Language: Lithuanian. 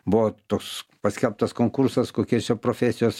buvo toks paskelbtas konkursas kokios jo profesijos